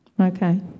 Okay